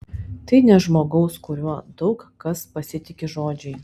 tai ne žmogaus kuriuo daug kas pasitiki žodžiai